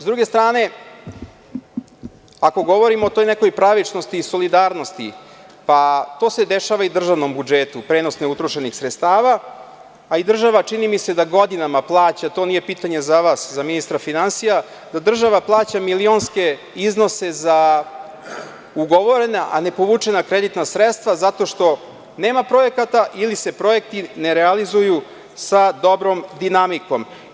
S druge strane, ako govorimo o toj nekoj pravičnosti i solidarnosti, pa to se dešava i državnom budžetu, prenos neutrošenih sredstava, a i država čini mi se da godinama plaća, to nije pitanje za vas, za ministra finansija, da država plaća milionske iznose za ugovorena a nepovučena kreditna sredstva zato što nema projekata ili se projekti ne realizuju sa dobrom dinamikom.